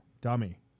dummy